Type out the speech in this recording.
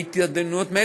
מילא.